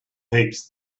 heaps